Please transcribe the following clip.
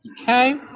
Okay